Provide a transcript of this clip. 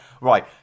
Right